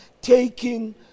taking